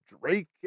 Drake